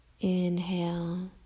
Inhale